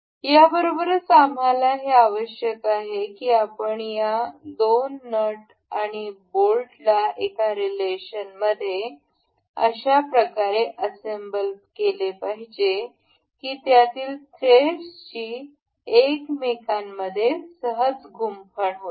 याबरोबरच आम्हाला हे आवश्यक आहे की आपण या दोन नट आणि बोल्टला एका रिलेशन मध्ये अशाप्रकारे असेंबल केले पाहिजे की त्यातील थ्रेडसची एकमेकांमध्ये सहज गुंफण होईल